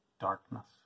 darkness